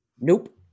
Nope